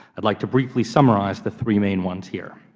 would like to briefly summarize the three main ones here.